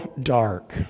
dark